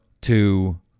two